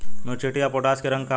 Muriate of potash के रंग का होला?